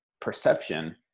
perception